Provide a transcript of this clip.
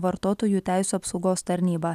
vartotojų teisių apsaugos tarnyba